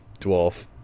dwarf